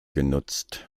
genutzt